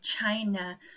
China